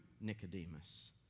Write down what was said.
Nicodemus